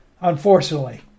unfortunately